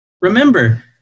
remember